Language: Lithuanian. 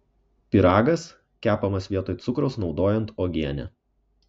pyragas kepamas vietoj cukraus naudojant uogienę